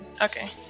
Okay